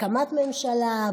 הקמת ממשלה,